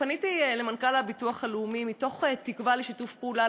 פניתי למנכ"ל הביטוח הלאומי מתוך תקווה לשיתוף פעולה,